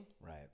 Right